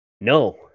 No